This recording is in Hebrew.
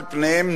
על פניהם,